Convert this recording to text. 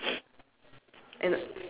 fresh fruit and vegetable it says fresh